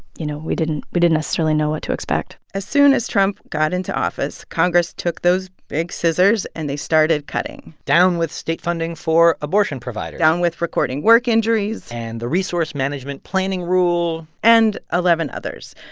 you know, we didn't we didn't necessarily know what to expect as soon as trump got into office, congress took those big scissors, and they started cutting down with state funding for abortion providers. down with recording work injuries. and the resource management planning rule. and eleven others.